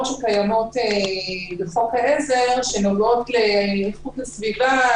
שקיימות בחוק העזר שנוגעות לאיכות הסביבה,